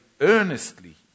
earnestly